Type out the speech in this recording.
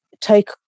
take